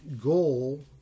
goal